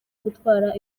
gutwara